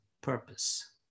purpose